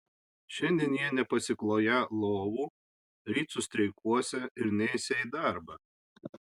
šiandien jie nepasikloją lovų ryt sustreikuosią ir neisią į darbą